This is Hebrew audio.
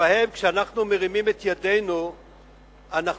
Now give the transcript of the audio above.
שבהן כשאנחנו מרימים את ידינו אנחנו